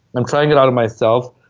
i'm trying it out on myself.